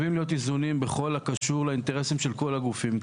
בכול הקשור לאינטרסים של כול הגופים כאן.